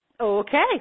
Okay